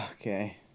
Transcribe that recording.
Okay